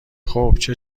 خوبچه